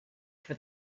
for